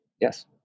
Yes